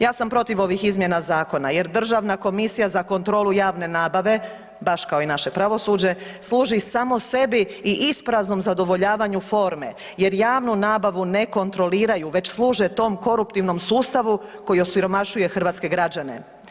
Ja sam protiv ovih izmjena zakona jer Državna komisija za kontrolu javne nabave, baš kao i naše pravosuđe, služi samo sebi i ispraznom zadovoljavanju forme jer javnu nabavu ne kontroliraju već služe tom koruptivnom sustavu koji osiromašuje hrvatske građane.